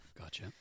Gotcha